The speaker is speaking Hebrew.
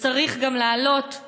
וצריך גם להעלות,